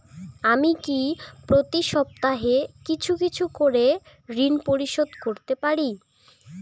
আমি কি প্রতি সপ্তাহে কিছু কিছু করে ঋন পরিশোধ করতে পারি?